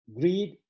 greed